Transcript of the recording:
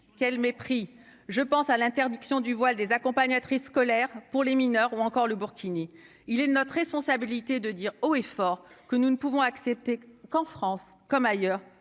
quel mépris, je pense à l'interdiction du voile des accompagnatrices scolaires pour les mineurs, ou encore le burkini il est de notre responsabilité de dire haut et fort que nous ne pouvons accepter qu'en France comme ailleurs